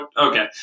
Okay